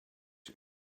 een